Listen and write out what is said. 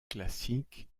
classique